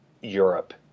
Europe